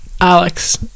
Alex